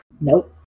Nope